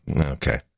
okay